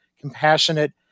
compassionate